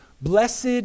blessed